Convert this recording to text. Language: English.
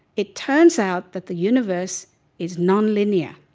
it turns out that the universe is nonlinear.